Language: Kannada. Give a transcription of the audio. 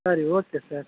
ಸರಿ ಓಕೆ ಸರ್